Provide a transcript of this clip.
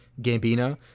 Gambino